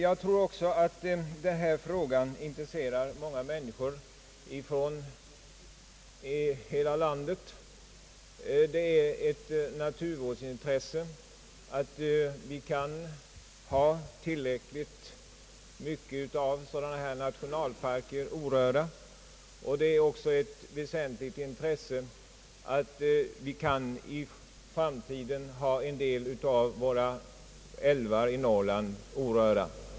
Jag tror också att denna fråga intresserar många människor från hela landet. Det är ett naturvårdsintresse att vi kan ha tillräckligt stora delar av sådana här nationalparker orörda, och det är också ett väsentligt intresse att vi kan i framtiden behålla en del av våra älvar i Norrland orörda.